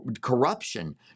corruption